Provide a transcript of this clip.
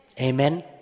Amen